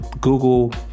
Google